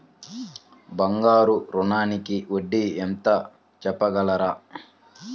బంగారు ఋణంకి వడ్డీ ఎంతో చెప్పగలరా?